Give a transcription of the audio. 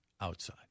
outside